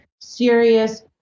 serious